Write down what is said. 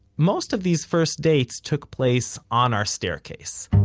most of these first dates took place on our staircase